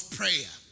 prayer